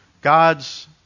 God's